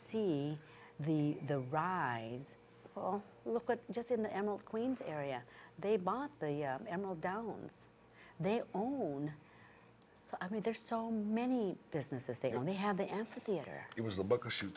see the the rise or look what just in the emerald queens area they bought the emerald downs they own i mean there's so many businesses they only have the amphitheater it was the book a sh